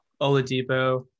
Oladipo